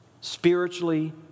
Spiritually